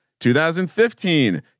2015